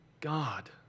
God